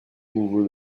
nouveau